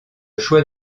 choix